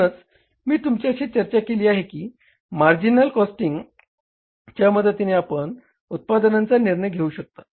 म्हणूनच मी तुमच्याशी चर्चा केली आहे की मार्जिनल कॉस्टिंगच्या मदतीने आपण उत्पादनांचा निर्णय घेऊ शकता